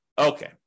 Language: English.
Okay